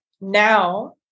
now